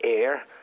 air